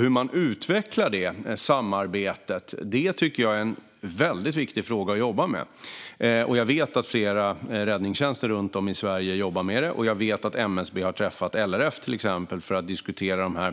Hur man utvecklar det samarbetet är en väldigt viktig fråga att jobba med. Jag vet att flera räddningstjänster runt om i Sverige jobbar med det och att MSB har träffat till exempel LRF för att diskutera de